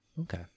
Okay